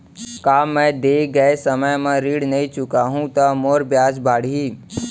का मैं दे गए समय म ऋण नई चुकाहूँ त मोर ब्याज बाड़ही?